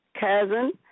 cousin